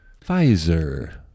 Pfizer